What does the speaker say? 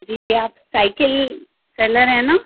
جی آپ cycle seller ہیں نا